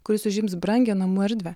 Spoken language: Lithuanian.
kuris užims brangią namų erdvę